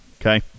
Okay